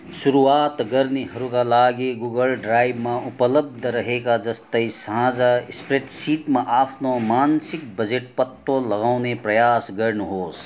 सुरुवात गर्नेहरूका लागि गुगल ड्राइभमा उपलब्ध रहेका जस्तै साझा स्प्रेडसिटमा आफ्नो मासिक बजेट पत्तो लगाउने प्रयास गर्नुहोस्